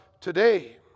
today